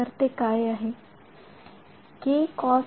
तर ते काय आहे